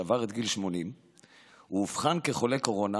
שעבר את גיל 80. הוא אובחן כחולה קורונה